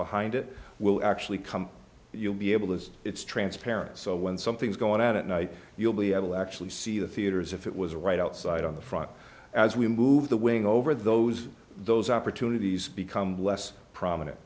behind it will actually come you'll be able to it's transparent so when something's going out at night you'll be able to actually see the theaters if it was right outside on the front as we move the wing over those those opportunities become less prominent